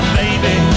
baby